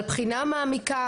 על בחינה מעמיקה,